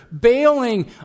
bailing